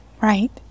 Right